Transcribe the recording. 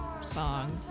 song